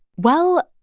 well,